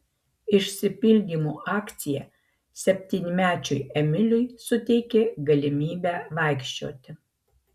išsipildymo akcija septynmečiui emiliui suteikė galimybę vaikščioti